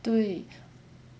对